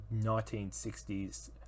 1960s